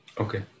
Okay